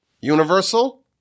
Universal